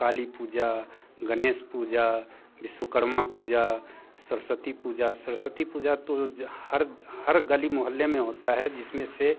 काली पूजा गणेश पूजा विश्वकर्मा पूजा सरस्वती पूजा सरस्वती पूजा तो हर हर गली मोहल्ले में होती है जिस में से